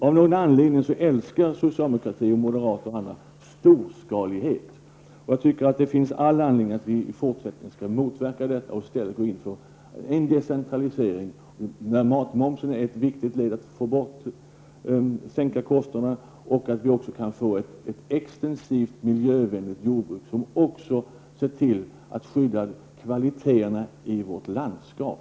Av någon anledning älskar socialdemokrater, moderater och andra storskalighet. Jag tycker att det finns all anledning för oss att i fortsättningen motverka denna och i stället gå in för decentralisering. Vidare där en sänkning av matmomsen ett viktigt led i strävandena att minska matkostnaderna. Vi bör också försöka få ett extensivt miljövänligt jordbruk, som också bidrar till att skydda kvaliteterna i vårt landskap.